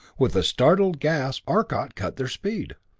with a startled gasp, arcot cut their speed.